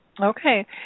Okay